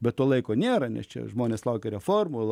bet to laiko nėra nes čia žmonės laukia reformos